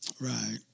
Right